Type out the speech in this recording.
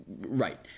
right